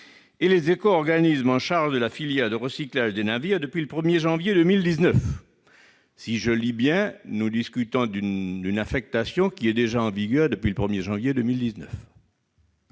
et les éco-organismes en charge de la filière de recyclage des navires depuis le 1 janvier 2019. » Si j'ai bien compris ce que j'ai lu, nous discutons donc d'une affectation qui est déjà en vigueur depuis le 1 janvier 2019